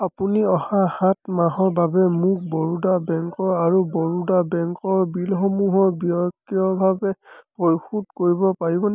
আপুনি অহা সাত মাহৰ বাবে মোৰ বৰোদা বেংক আৰু বৰোদা বেংকৰ বিলসমূহ স্বয়ংক্ৰিয়ভাৱে পৰিশোধ কৰিব পাৰিবনে